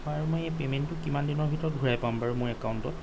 আৰু মই পেমেন্টটো কিমান দিনৰ ভিতৰত ঘূৰাই পাম বাৰু মোৰ একাউন্টত